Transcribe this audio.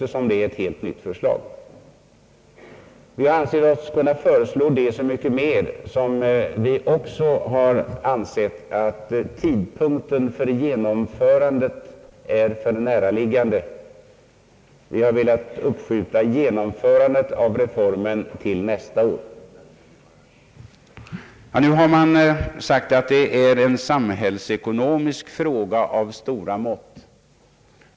Vi anser oss kunna begära detta så mycket mer som vi även anser att tidpunkten för genomförandet är alltför näraliggande. Vi har velat uppskjuta genomförandet av reformen till nästa år. Man har sagt att detta är en samhällsekonomisk fråga av stora mått.